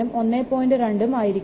2 ഉം ആയിരിക്കും